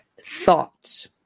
thoughts